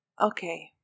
Okay